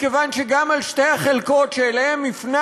מכיוון שגם על שתי החלקות שאליהן הפנה